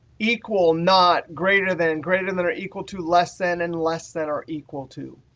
equal, not, greater than, and greater than than or equal to, less than, and less than or equal to.